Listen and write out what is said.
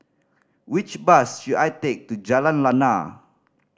which bus should I take to Jalan Lana